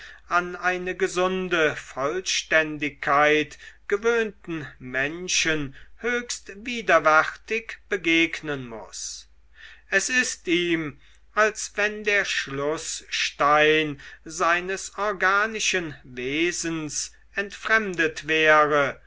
an eine gesunde vollständigkeit gewöhnten menschen höchst widerwärtig begegnen muß es ist ihm als wenn der schlußstein seines organischen wesens entfremdet wäre